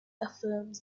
affirms